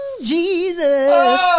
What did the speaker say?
Jesus